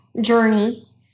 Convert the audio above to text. journey